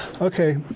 Okay